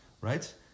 right